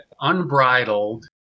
unbridled